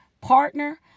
partner